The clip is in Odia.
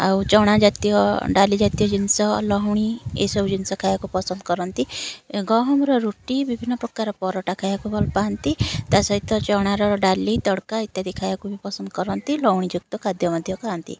ଆଉ ଚଣା ଜାତୀୟ ଡାଲି ଜାତୀୟ ଜିନିଷ ଲହୁଣୀ ଏହି ସବୁ ଜିନିଷ ଖାଇବାକୁ ପସନ୍ଦ କରନ୍ତି ଗହମର ରୁଟି ବିଭିନ୍ନ ପକାର ପରଟା ଖାଇବାକୁ ଭଲ ପାଆନ୍ତି ତା' ସହିତ ଚଣାର ଡାଲି ତଡ଼କା ଇତ୍ୟାଦି ଖାଇବାକୁ ବି ପସନ୍ଦ କରନ୍ତି ଲହୁଣୀ ଯୁକ୍ତ ଖାଦ୍ୟ ମଧ୍ୟ ଖାଆନ୍ତି